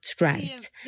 right